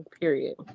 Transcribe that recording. Period